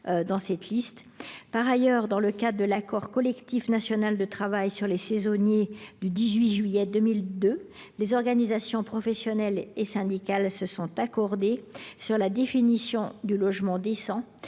sur cette liste. Par ailleurs, dans le cadre de l’accord collectif national de travail sur les saisonniers du 18 juillet 2002, les organisations professionnelles et syndicales se sont accordées sur la définition du logement décent